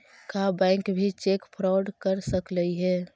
का बैंक भी cheque fraud कर सकलई हे?